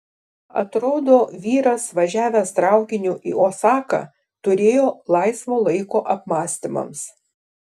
atrodo vyras važiavęs traukiniu į osaką turėjo laisvo laiko apmąstymams